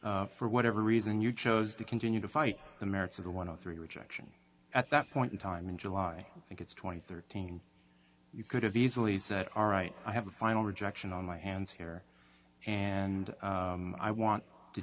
for whatever reason you chose to continue to fight the merits of the one of three rejection at that point in time in july and it's twenty thirteen you could have easily said all right i have a final rejection on my hands here and i want to